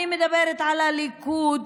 אני מדברת על הליכוד,